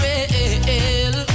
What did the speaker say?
real